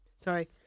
Sorry